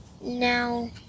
now